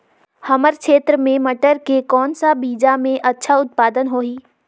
हमर क्षेत्र मे मटर के कौन सा बीजा मे अच्छा उत्पादन होही?